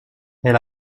elle